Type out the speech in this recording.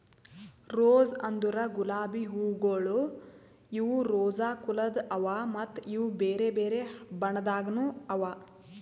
rose ಅಂದುರ್ ಗುಲಾಬಿ ಹೂವುಗೊಳ್ ಇವು ರೋಸಾ ಕುಲದ್ ಅವಾ ಮತ್ತ ಇವು ಬೇರೆ ಬೇರೆ ಬಣ್ಣದಾಗನು ಅವಾ